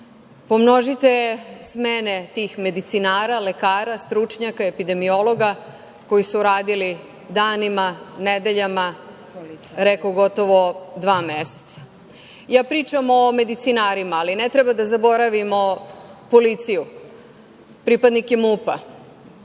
Pomnožite smene tih medicinara, stručnjaka, epidemiologa koji su radili danima, nedeljama, preko gotovo dva meseca. Pričam o medicinarima, ali ne treba da zaboravimo policiju, pripadnike MUP-a,